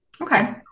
Okay